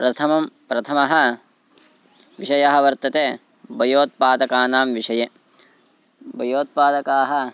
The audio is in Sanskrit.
प्रथमं प्रथमः विषयः वर्तते भयोत्पादकानां विषये भयोत्पादकाः